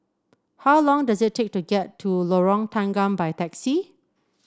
how long does it take to get to Lorong Tanggam by taxi